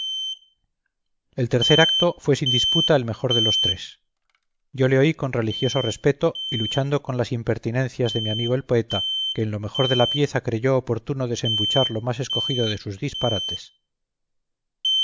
el tercer acto fue sin disputa el mejor de los tres yo le oí con religioso respeto y luchando con las impertinencias de mi amigo el poeta que en lo mejor de la pieza creyó oportuno desembuchar lo más escogido de sus disparates